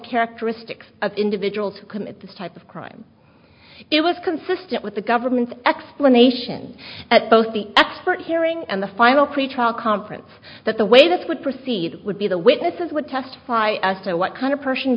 characteristics of individuals who commit this type of crime it was consistent with the government's explanations at both the expert hearing and the final pretrial conference that the way this would proceed would be the witnesses would testify as to what kind of person